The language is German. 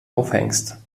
aufhängst